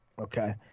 Okay